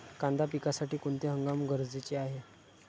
कांदा पिकासाठी कोणते हवामान गरजेचे आहे?